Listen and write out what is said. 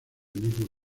mismo